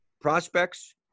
prospects